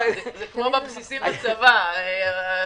אבל אותם הטיעונים.